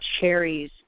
cherries